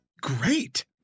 great